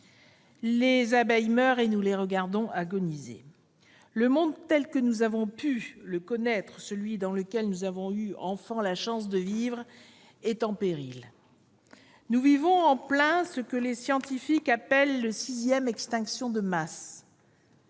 les abeilles meurent, et nous les regardons agoniser. Le monde tel que nous avons pu le connaître, celui dans lequel nous avons eu la chance de vivre quand nous étions enfants, est en péril. Nous vivons en plein ce que les scientifiques appellent la sixième extinction de masse.